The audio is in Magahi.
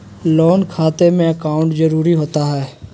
लोन खाते में अकाउंट जरूरी होता है?